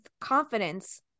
confidence